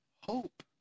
hope